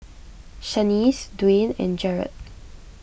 Shanice Dwyane and Jaret